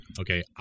okay